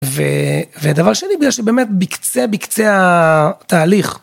ו...ודבר שני בגלל שבאמת, בקצה בקצה ה...תהליך.